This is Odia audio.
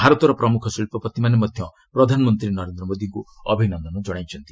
ଭାରତର ପ୍ରମୁଖ ଶିଳ୍ପପତିମାନେ ମଧ୍ୟ ପ୍ରଧାନମନ୍ତ୍ରୀ ନରେନ୍ଦ୍ର ମୋଦିଙ୍କୁ ଅଭିନନ୍ଦନ କଣାଇଛନ୍ତି